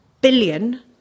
billion